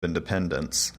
independence